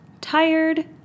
tired